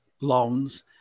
loans